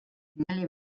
nelle